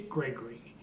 Gregory